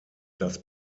das